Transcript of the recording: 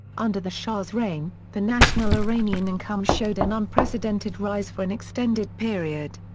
under the shah's reign, the national iranian income showed an unprecedented rise for an extended period.